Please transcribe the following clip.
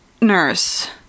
nurse